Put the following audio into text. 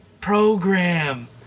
program